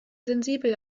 sensibel